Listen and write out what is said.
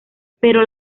pero